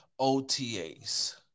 OTAs